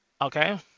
Okay